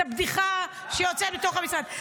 זה בדיחה שיוצאת מתוך המשרד.